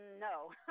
No